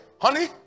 honey